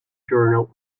journal